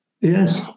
Yes